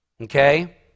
Okay